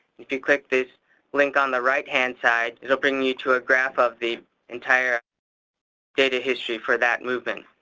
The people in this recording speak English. if you click this link on the right-hand side, it will bring you to a graph of the entire data history for that movement.